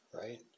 right